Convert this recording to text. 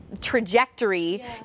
trajectory